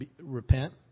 repent